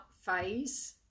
phase